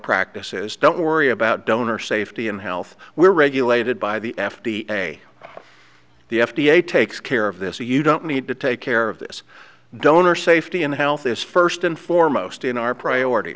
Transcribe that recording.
practices don't worry about donor safety and health we are regulated by the f d a the f d a takes care of this so you don't need to take care of this donor safety and health is first and foremost in our priority